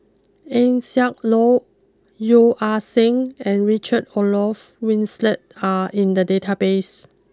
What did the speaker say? Eng Siak Loy Yeo Ah Seng and Richard Olaf Winstedt are in the databases